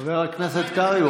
חבר הכנסת קרעי,